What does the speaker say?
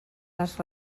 les